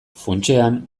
funtsean